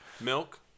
Milk